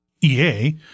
EA